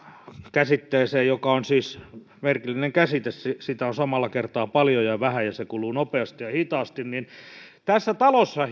käsitteeseen joka on siis merkillinen käsite sitä on samalla kertaa paljon ja vähän ja se kuluu nopeasti ja hitaasti tässä talossa